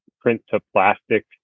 print-to-plastic